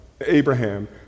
Abraham